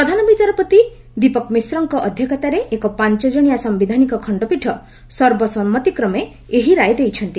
ପ୍ରଧାନ ବିଚାରପତି ଦୀପକ୍ ମିଶ୍ରଙ୍କ ଅଧ୍ୟକ୍ଷତାରେ ଏକ ପାଞ୍ଚଜଣିଆ ସାୟିଧାନିକ ଖଣ୍ଡପୀଠ ସର୍ବସମ୍ମତିକ୍ରମେ ଏହି ରାୟ ଦେଇଛନ୍ତି